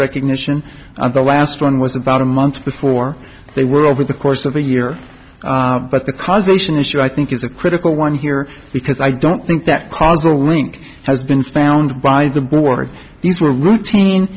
recognition and the last one was about a month before they were over the course of a year but the cause ation issue i think is a critical one here because i don't think that cause a link has been found by the board these were routine